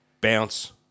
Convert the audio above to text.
bounce